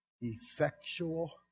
effectual